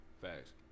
Facts